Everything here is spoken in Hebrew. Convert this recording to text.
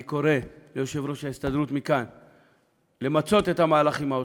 אני קורא מכאן ליושב-ראש ההסתדרות למצות את המהלך עם האוצר.